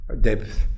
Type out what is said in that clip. depth